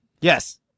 Yes